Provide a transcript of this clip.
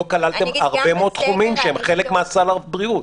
לא כללתם הרבה מאוד תחומים, שהם חלק מסל הבריאות.